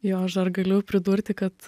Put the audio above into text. jo aš dar galiu pridurti kad